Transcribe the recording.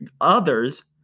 others